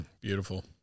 Beautiful